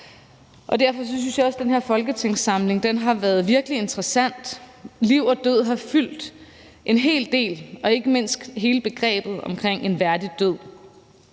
Derfor synes jeg også, at den her folketingssamling virkelig har været interessant; liv og død har fyldt en hel del og ikke mindst hele begrebet omkring en værdig død.